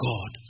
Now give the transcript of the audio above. God